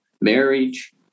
marriage